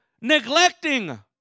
neglecting